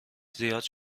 زیاد